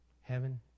heaven